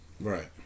Right